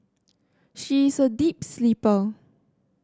she is a deep sleeper